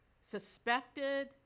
suspected